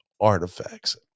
artifacts